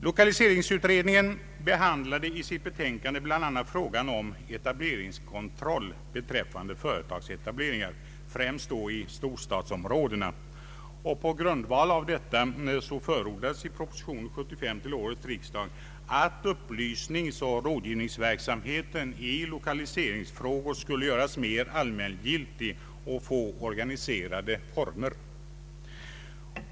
Lokaliseringsutredningen behandlade i sitt betänkande bl.a. frågan om etableringskontroll beträffande företagsetableringar, främst då i storstadsområdena, och på grundval av detta förordades i proposition nr 75 till årets riksdag att upplysningsoch rådgivningsverksamheten i lokaliseringsfrågor skulle göras mer allmängiltig och få organiserade former.